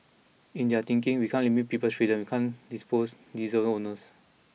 in their thinking we can't limit people's freedom we can't dispose diesel owners